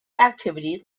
activities